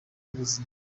ubuzima